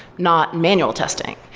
not manual testing.